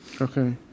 Okay